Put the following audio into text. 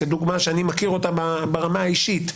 כדוגמא שאני מכיר אותה ברמה האישית,